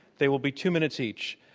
they will be two minutes each,